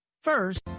First